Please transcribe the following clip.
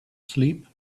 sleep